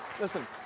Listen